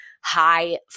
high